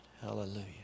Hallelujah